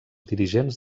dirigents